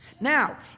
Now